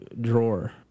drawer